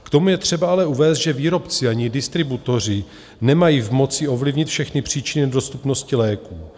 K tomu je třeba ale uvést, že výrobci ani distributoři nemají v moci ovlivnit všechny příčiny nedostupnosti léků.